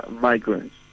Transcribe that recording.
migrants